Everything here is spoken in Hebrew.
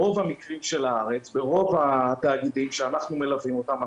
ברוב התאגידים שאנחנו מלווים אותם,